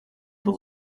tot